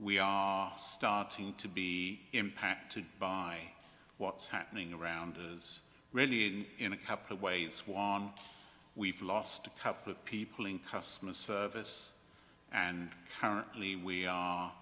we are starting to be impacted by what's happening around as really in a couple of ways why we've lost a couple of people in customer service and currently we